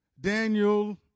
Daniel